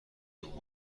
اون